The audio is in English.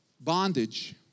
bondage